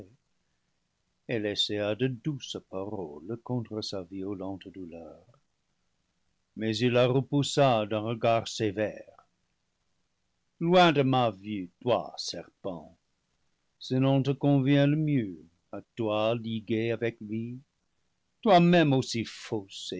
elle essaya de douces paroles contre sa violente douleur mais il la repoussa d'un regard sévère loin de ma vue toi serpent ce nom te convient le mieux à toi liguée avec lui toi-même aussi fausse